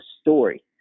story